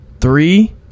Three